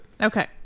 Okay